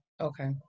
Okay